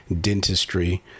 dentistry